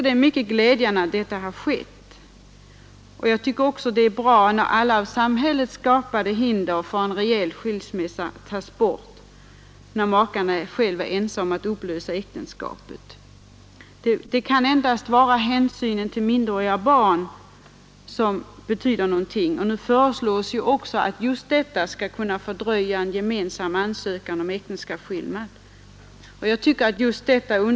Det är mycket glädjande att så har skett liksom att alla av samhället skapade ilva är ense om att hinder för en reell skilsmässa tas bort när makarna sj upplösa äktenskapet. Endast hänsynen till minderåriga barn föreslås nu få fördröja en gemensam ansökan om äktenskapsskillnad.